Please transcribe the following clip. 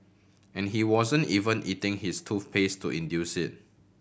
and he wasn't even eating his toothpaste to induce it